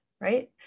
right